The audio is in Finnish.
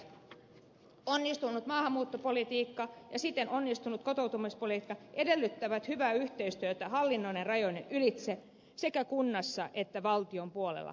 arvoisat kansanedustajat onnistunut maahanmuuttopolitiikka ja siten onnistunut kotoutumispolitiikka edellyttävät hyvää yhteistyötä yli hallinnon rajojen sekä kunnissa että valtion puolella